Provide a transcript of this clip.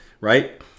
right